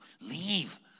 leave